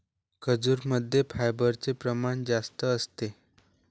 खजूरमध्ये फायबरचे प्रमाण जास्त असते